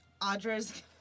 Audra's